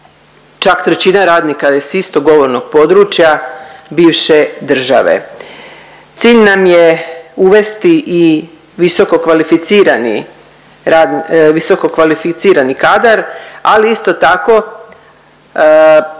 čak trećina radnika je s istog govornog područja biše države. Cilj nam je uvesti i visoko kvalificirani kadar, ali isto tako